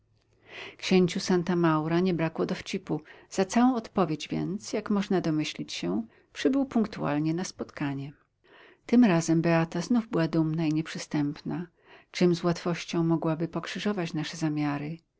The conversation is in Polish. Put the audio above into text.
księciu santa maura nie brakło dowcipu za całą odpowiedź więc jak można domyślić się przybył punktualnie na spotkanie tym razem beata znów była dumna i nieprzystępna czym z łatwością mogłaby pokrzyżować nasze zamiary